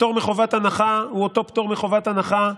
הפטור מחובת הנחה הוא אותו פטור מחובת הנחה,